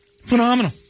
phenomenal